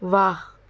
ਵਾਹ